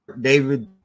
David